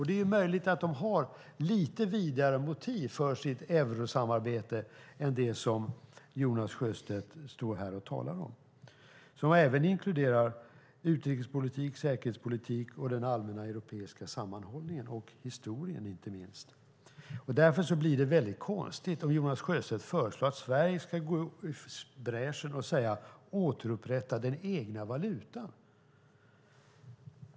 Det är möjligt att de har lite vidare motiv för sitt eurosamarbete än vad Jonas Sjöstedt tror och talar om som även inkluderar utrikespolitik, säkerhetspolitik, den allmänna europeiska sammanhållningen och historien inte minst. Därför blir det konstigt om Jonas Sjöstedt föreslår att Sverige ska gå i bräschen och säga: Återupprätta den egna valutan.